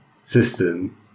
system